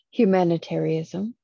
humanitarianism